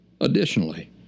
Additionally